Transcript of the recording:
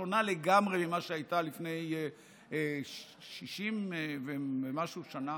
שונה לגמרי ממה שהייתה לפני 60 ומשהו שנה,